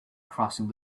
crossing